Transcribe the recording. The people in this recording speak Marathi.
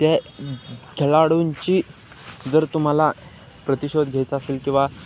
त्या खेळाडूंची जर तुम्हाला प्रतिशोध घ्यायचा असेल किंवा